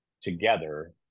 together